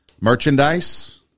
merchandise